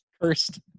First